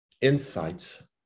insights